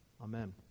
Amen